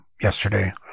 yesterday